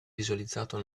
visualizzato